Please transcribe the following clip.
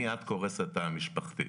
מייד קורס התא המשפחתי.